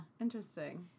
Interesting